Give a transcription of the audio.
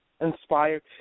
inspired